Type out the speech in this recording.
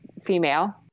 female